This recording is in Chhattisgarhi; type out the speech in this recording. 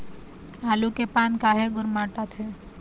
आलू के पान काहे गुरमुटाथे?